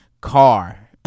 car